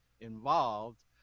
involved